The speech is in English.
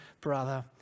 brother